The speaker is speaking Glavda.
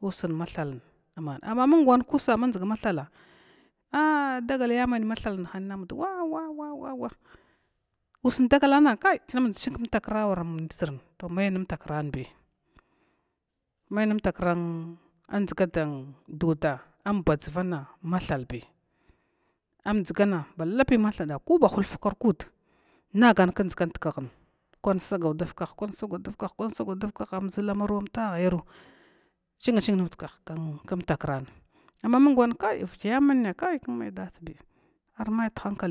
Usn mathaln aman amma mung wankusu manchuga a dagalya man mathant hanin ammd wawawa, wu usn dagalana chinamduchng ktakran ammd to me nntakranbi, mai nm takran dʒgan dn duda mabadʒa vana mathalbi amdʒgana balapi mathala koba hulfa kuar kud nagan kdʒgan dkna kwa sagauda vakah kwan sagau vakh kwan sagau da vakaha am ʒulamaru amt hayarum chinga ching nudan kma takran mung wan vigy ya mana kai mai dasabi armai dharka